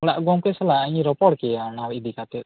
ᱚᱲᱟᱜ ᱜᱚᱢᱠᱮ ᱥᱟᱞᱟᱜ ᱤᱧᱤᱧ ᱨᱚᱯᱚᱲᱠᱮᱭᱟ ᱚᱱᱟ ᱤᱫᱤᱠᱟᱛᱮᱫ